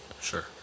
Sure